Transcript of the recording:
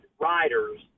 riders